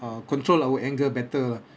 uh control our anger better lah